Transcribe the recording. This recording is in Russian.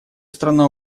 страна